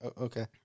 Okay